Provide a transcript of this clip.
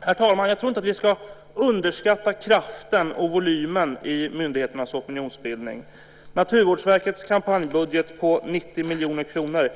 Herr talman! Vi ska inte underskatta kraften och volymen i myndigheternas opinionsbildning. Naturvårdsverkets kampanjbudget är på 90 miljoner kronor.